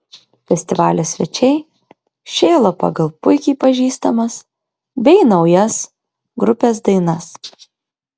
festivalio svečiai šėlo pagal puikiai pažįstamas bei naujas grupės dainas